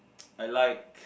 I like